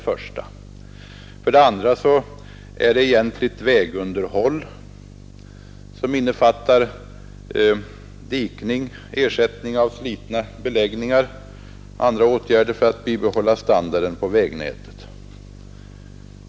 För det andra är det egentligt vägunderhåll, som innefattar dikning, ersättning av slitna beläggningar och andra åtgärder för att bibehålla standarden på vägnätet.